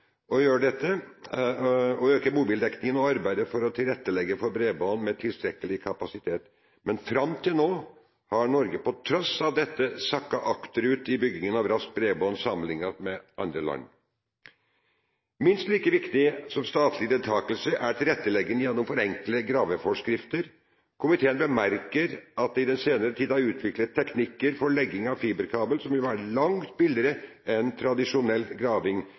å gjøre dette, øke mobildekningen og arbeide for å tilrettelegge for bredbånd med tilstrekkelig kapasitet. Men fram til nå har Norge på tross av dette sakket akterut i byggingen av raskt bredbånd, sammenlignet med andre land. Minst like viktig som statlig deltakelse er tilrettelegging gjennom forenklede graveforskrifter. Komiteen bemerker at det i den senere tid er utviklet teknikker for legging av fiberkabel som vil være langt billigere enn tradisjonell graving,